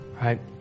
right